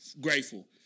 grateful